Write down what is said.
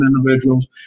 individuals